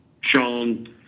sean